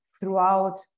throughout